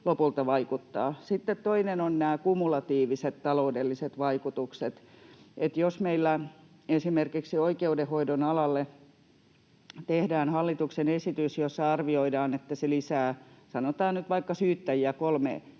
lopulta vaikuttaa. Sitten toinen on nämä kumulatiiviset taloudelliset vaikutukset. Jos meillä esimerkiksi oikeudenhoidon alalle tehdään hallituksen esitys, jossa arvioidaan, että se lisää, sanotaan nyt vaikka, syyttäjiä kolme